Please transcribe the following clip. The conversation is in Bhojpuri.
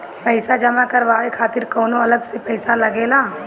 पईसा जमा करवाये खातिर कौनो अलग से पईसा लगेला?